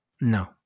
No